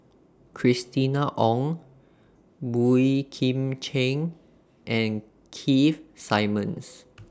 Christina Ong Boey Kim Cheng and Keith Simmons